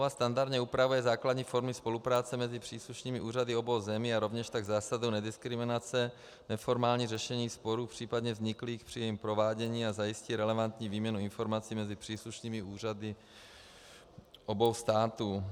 Smlouva standardně upravuje základní formy spolupráce mezi příslušnými úřady obou zemí a rovněž tak zásadu nediskriminace, neformální řešení sporů případně vzniklých při jejím provádění a zajistí relevantní výměnu informací mezi příslušnými úřady obou států.